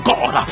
God